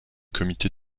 comités